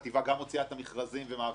מוציאה את המכרזים ומעבירה אותם